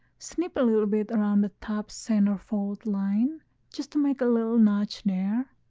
snip a little bit around the top center fold line just to make a little notch there.